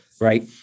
Right